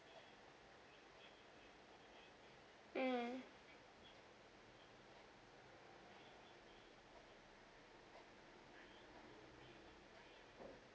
mm